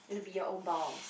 gonna be your own boss